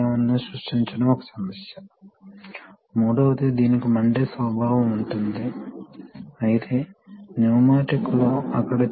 ఇది ప్రాథమికంగా సాధించబడుతుంది ఇది ఇన్లెట్ పోర్ట్ కాబట్టి ద్రవ మార్గం ఏమిటి ద్రవ మార్గం దీని ద్వారా ఉంటుంది ఇది ద్రవ మార్గం సరే